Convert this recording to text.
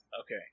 Okay